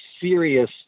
serious